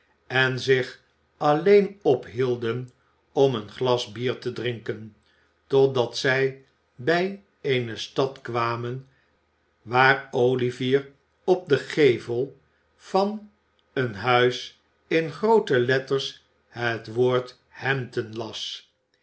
en zich alleen ophielden om een glas bier te drinken totdat zij bij eene stad kwamen waar olivier op den gevel van een huis in groote letters het woord hampton las